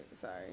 sorry